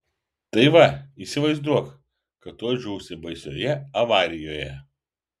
tai va įsivaizduok kad tuoj žūsi baisioje avarijoje